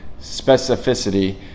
specificity